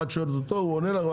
את שואלת אותו הוא עונה לך,